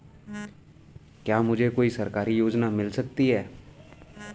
क्या मुझे कोई सरकारी योजना मिल सकती है?